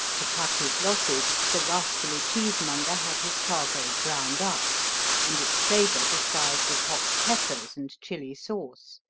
to cut his losses the rascally cheesemonger had his cargo ground up and its flavor disguised with hot peppers and chili sauce.